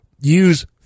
use